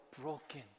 broken